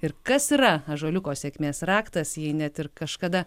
ir kas yra ąžuoliuko sėkmės raktas jei net ir kažkada